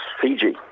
Fiji